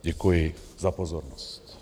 Děkuji za pozornost.